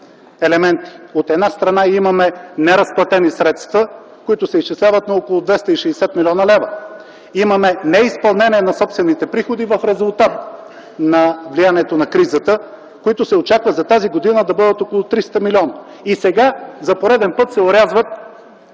елементи. От една страна, имаме неразплатени средства, които се изчисляват на около 260 млн. лв. Имаме неизпълнение на собствените приходи в резултат на влиянието на кризата, които се очаква за тази година да бъдат около 300 милиона. И сега, за пореден път, се орязват